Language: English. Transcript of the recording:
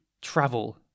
travel